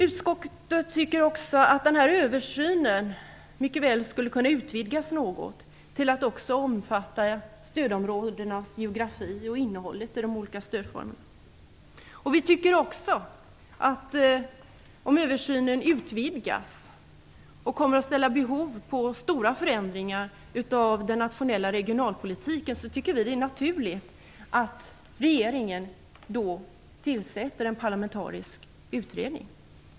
Utskottet tycker också att den här översynen mycket väl skulle kunna utvidgas något till att också omfatta stödområdenas geografi och innehållet i de olika stödformerna. Om översynen utvidgas och kommer att ställa krav på stora förändringar av den nationella regionalpolitiken tycker vi att det är naturligt att regeringen tillsätter en parlamentarisk utredning.